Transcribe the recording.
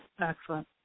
Excellent